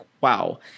wow